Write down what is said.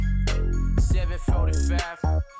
745